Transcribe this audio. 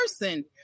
person